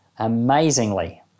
amazingly